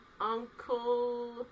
Uncle